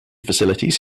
facilities